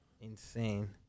Insane